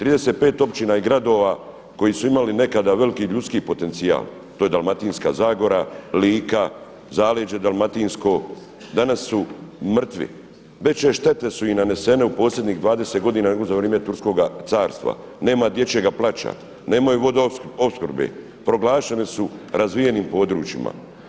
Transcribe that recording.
35 općina i gradova koji su imali nekada veliki ljudski potencijal, to je Dalmatinska zagora, Lika, zaleđe Dalmatinsko danas su mrtvi, veće štete su im nanesene u posljednjih 20 godina nego za vrijeme Turskoga carstva, nema dječjega plaća, nemaju vodoopskrbe, proglašene su razvijenim područjima.